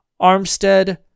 Armstead